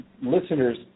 listeners